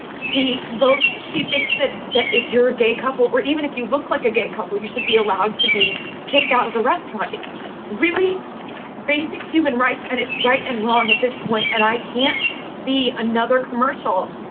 she votes. she thinks that that if you're a gay couple or even if you look like a gay couple, you should be allowed to be kicked out of a restaurant. it's really basic human rights and it's right and wrong at this point. and i can't see another commercial